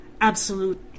absolute